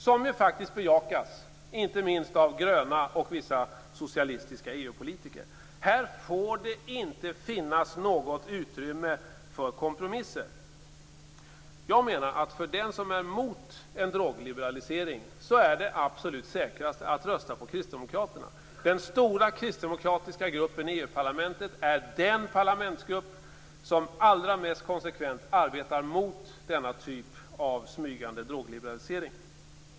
Den bejakas av inte minst gröna och vissa socialistiska EU-politiker. Här får det inte finnas något utrymme för kompromisser. För den som är mot en drogliberalisering är det absolut säkrast att rösta på kristdemokraterna. Den stora kristdemokratiska gruppen i EU-parlamentet är den parlamentsgrupp som allra mest konsekvent arbetar mot denna typ av smygande drogliberalisering.